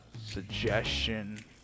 Suggestion